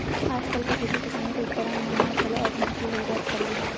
आजकल के खेती किसानी के उपकरन मन ह घलो आधुनिकी होय बर धर ले हवय